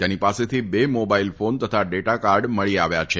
તેની પાસેથી બે મોબાલ ફોન તથા ડેટા કાર્ડ મળી આવ્યા છે